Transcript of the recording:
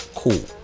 Cool